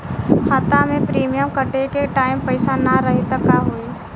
खाता मे प्रीमियम कटे के टाइम पैसा ना रही त का होई?